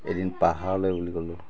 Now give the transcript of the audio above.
এদিন পাহাৰলৈ বুলি গ'লোঁ